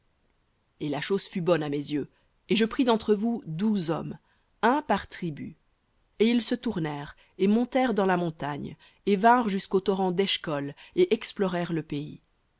et la chose fut bonne à mes yeux et je pris d'entre vous douze hommes un homme par tribu et ils se tournèrent et montèrent dans la montagne et vinrent jusqu'au torrent d'eshcol et explorèrent le